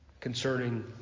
concerning